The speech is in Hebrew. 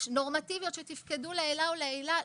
נורמטיביות שתפקדו לעילא ולעילא,